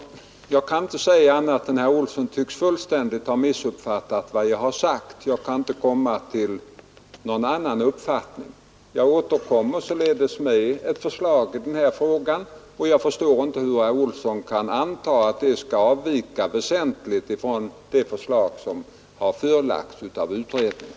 Jag kan inte se annat än att herr Olsson i Stockholm fullständigt tycks ha missuppfattat vad jag sagt — jag kan inte komma till någon annan uppfattning. Jag återkommer således med ett förslag i denna fråga, och jag förstår inte hur herr Olsson kan anta att det skall avvika väsentligt från det förslag som har lagts fram av utredningen.